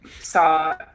saw